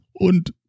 Und